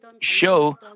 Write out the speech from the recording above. show